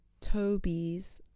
Toby's